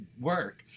work